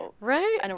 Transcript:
Right